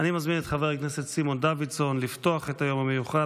אני מזמין את חבר הכנסת סימון דוידסון לפתוח את היום המיוחד.